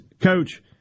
Coach